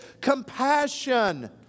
compassion